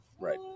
Right